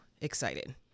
excited